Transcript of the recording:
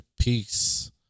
peace